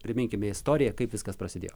priminkime istoriją kaip viskas prasidėjo